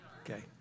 Okay